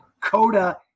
Coda